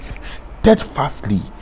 steadfastly